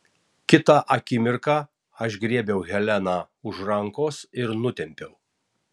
kitą akimirką aš griebiau heleną už rankos ir nutempiau